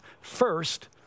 first